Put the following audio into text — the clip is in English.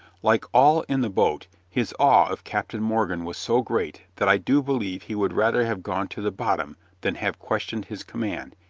like all in the boat, his awe of captain morgan was so great that i do believe he would rather have gone to the bottom than have questioned his command,